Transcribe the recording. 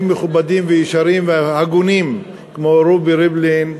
מכובדים וישרים והגונים כמו רובי ריבלין,